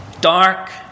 dark